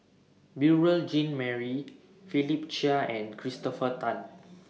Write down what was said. Beurel Jean Marie Philip Chia and Christopher Tan